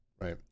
right